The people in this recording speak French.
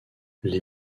les